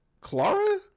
Clara